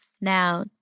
Now